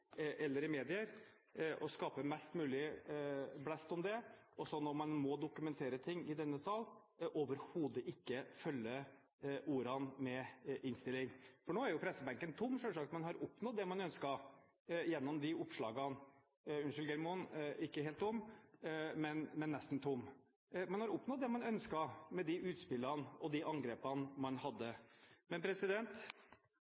eller i medier og skape mest mulig blest om det, og så, når man må dokumentere ting i denne sal, overhodet ikke følger opp ordene i innstillingen. For nå er jo selvsagt pressebenken tom, nå som man har oppnådd det man ønsker gjennom disse oppslagene – unnskyld Geir Moen: Pressebenken er ikke helt tom, men nesten tom. Man har oppnådd det man ønsket med de utspillene og de angrepene man